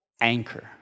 anchor